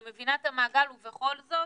אני מבינה את המעגל ובכל זאת